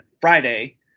Friday